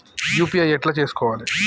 UPI ఎట్లా చేసుకోవాలి?